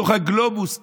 בתוך הגלובוס,